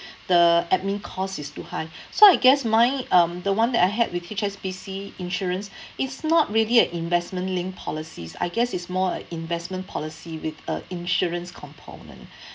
the admin cost is too high so I guess mine um the one that I had with H_S_B_C insurance it's not really a investment linked policies I guess it's more investment policy with a insurance component